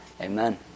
Amen